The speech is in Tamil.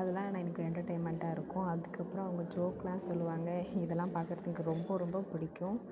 அதலாம் எனக்கு என்டர்டயின்மெண்ட்டாக இருக்கும் அதுக்கு அப்றம் அவங்க ஜோக்கெல்லாம் சொல்வாங்க இதலாம் பாக்கிறது எனக்கு ரொம்ப ரொம்ப பிடிக்கும்